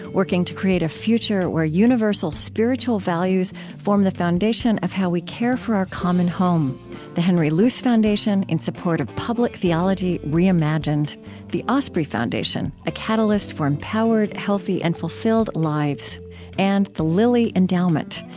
working to create a future where universal spiritual values form the foundation of how we care for our common home the henry luce foundation, in support of public theology reimagined the osprey foundation a catalyst for empowered, healthy, and fulfilled lives and the lilly endowment,